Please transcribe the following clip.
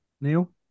Neil